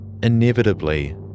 Inevitably